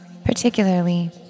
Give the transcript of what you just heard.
particularly